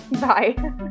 Bye